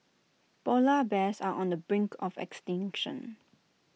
Polar Bears are on the brink of extinction